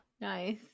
nice